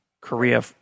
Korea